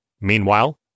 Meanwhile